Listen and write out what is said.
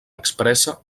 expressa